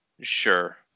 Sure